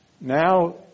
Now